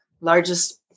largest